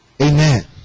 Amen